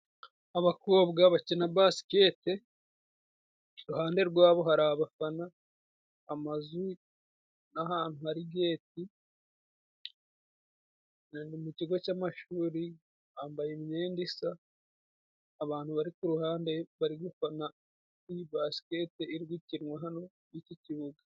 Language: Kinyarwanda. Abakobwa bakina basikete iruhande rwabo hari abafana, amazun'ahantu hari geti. Ni mu kigo cy'amashuri bambaye imyenda isa, abantu bari ku ruhande bari gufana iyi basikete iri gukinwa hano kuri iki kibuga.